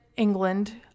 England